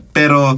pero